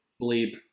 bleep